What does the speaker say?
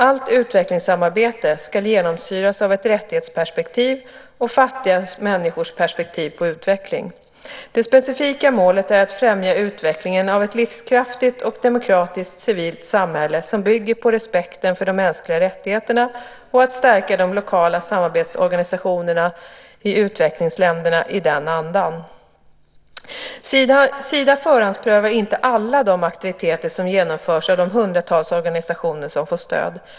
Allt utvecklingssamarbete ska genomsyras av ett rättighetsperspektiv och fattiga människors perspektiv på utveckling. Det specifika målet är att främja utvecklingen av ett livskraftigt och demokratiskt civilt samhälle som bygger på respekten för de mänskliga rättigheterna och att stärka de lokala samarbetsorganisationerna i utvecklingsländerna i den andan. Sida förhandsprövar inte alla de aktiviteter som genomförs av de hundratals organisationer som får stöd.